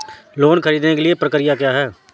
Loan ख़रीदने के लिए प्रक्रिया क्या है?